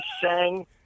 sang